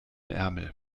ärmel